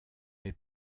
est